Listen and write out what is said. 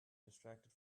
distracted